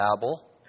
Babel